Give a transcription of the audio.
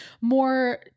more